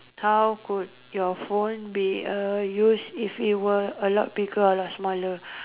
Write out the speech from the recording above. how could your phone be used if it were a lot bigger or a lot smaller